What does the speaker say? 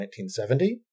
1970